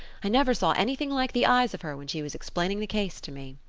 i never saw anything like the eyes of her when she was explaining the case to me.